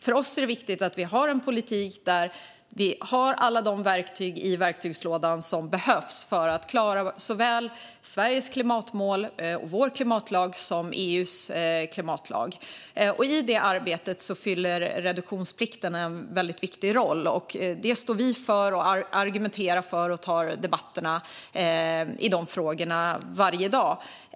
För oss är det viktigt med en politik där vi har alla verktyg i verktygslådan som behövs för att klara såväl Sveriges klimatlag som EU:s klimatlag. I det arbetet fyller reduktionsplikten en viktig roll. Det står vi för. Vi argumenterar för det och tar debatterna i de frågorna varje dag.